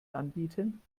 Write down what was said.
anbieten